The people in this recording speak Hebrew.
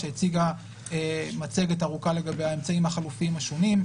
שהציגה מצגת ארוכה לגבי האמצעים החלופיים השונים,